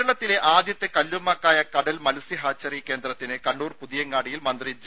രുര കേരളത്തിലെ ആദ്യത്തെ കല്ലുമ്മക്കായ കടൽ മത്സ്യ ഹാച്ചറി കേന്ദ്രത്തിന് കണ്ണൂർ പുതിയങ്ങാടിയിൽ മന്ത്രി ജെ